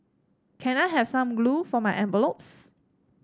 can I have some glue for my envelopes